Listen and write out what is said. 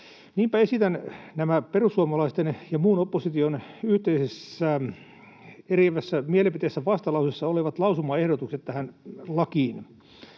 Niinpä esitän perussuomalaisten ja muun opposition yhteisessä vastalauseessa olevat lausumaehdotukset tähän lakiin: